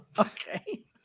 Okay